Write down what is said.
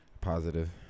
Positive